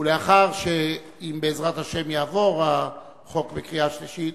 לאחר שבעזרת השם יעבור החוק בקריאה שלישית,